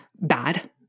bad